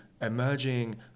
emerging